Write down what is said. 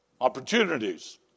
opportunities